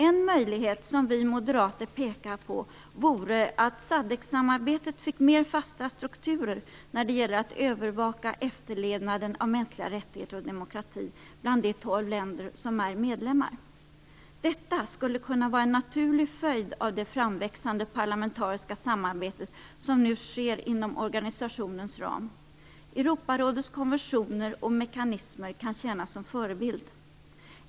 En möjlighet som vi moderater har pekat på vore att SADC-samarbetet fick mer fasta strukturer när det gäller att övervaka efterlevnaden av mänskliga rättigheter och demokrati bland de tolv länder som är medlemmar. Detta skulle kunna vara en naturlig följd av det framväxande parlamentariska samarbetet som nu sker inom organisationens ram. Europarådets konventioner och mekanismer kan tjäna som förebild.